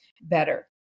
better